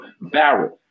barrel